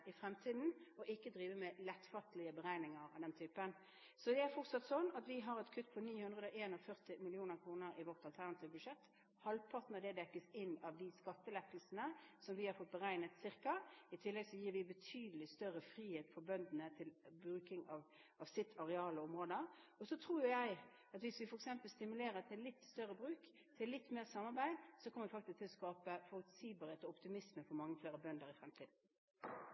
i fremtiden, og ikke drive med lettfattelige beregninger av den typen. Det er fortsatt sånn at vi har et kutt på 941 mill. kr i vårt alternative budsjett. Cirka halvparten av det dekkes inn av de skattelettelsene som vi har fått beregnet. I tillegg gir vi betydelig større frihet for bøndene til bruk av sine arealer og områder. Jeg tror at hvis vi f.eks. stimulerer til litt større bruk og litt mer samarbeid, kommer vi faktisk til å skape forutsigbarhet og optimisme for mange flere bønder i fremtiden.